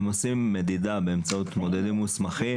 הם עושים מדידה באמצעות מודדים מוסמכים